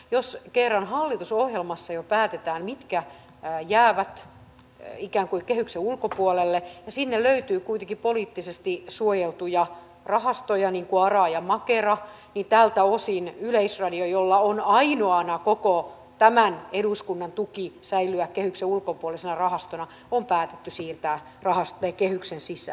jos kerran hallitusohjelmassa jo päätetään mitkä jäävät ikään kuin kehyksen ulkopuolelle ja sinne löytyy kuitenkin poliittisesti suojeltuja rahastoja niin kuin ara ja makera niin tältä osin yleisradio jolla on ainoana koko tämän eduskunnan tuki säilyä kehyksen ulkopuolisena rahastona on päätetty siirtää kehyksen sisään